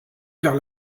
vers